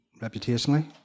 reputationally